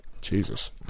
Jesus